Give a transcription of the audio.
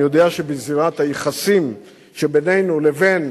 אני יודע שבזירת היחסים שבינינו לבין